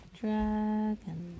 dragon